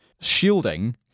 shielding